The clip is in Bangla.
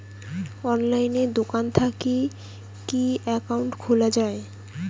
অনলাইনে দোকান থাকি কি একাউন্ট খুলা যায়?